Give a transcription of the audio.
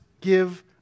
give